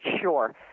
sure